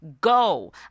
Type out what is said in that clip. go